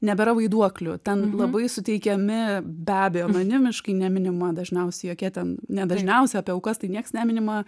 nebėra vaiduoklių ten labai suteikiami be abejo anonimiškai neminima dažniausiai jokie ten ne dažniausiai apie aukas tai nieks neminima